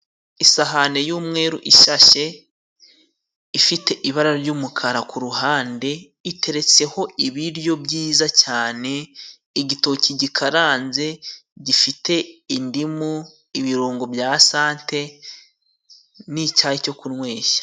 Isahani y'umweru isase ifite ibara ry'umukara k'uruhande. Iteretseho ibiryo byiza cyane igitoki gikaranze gifite indimu, ibirungo bya sante n'icyayi cyo kunywesha.